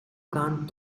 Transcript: kant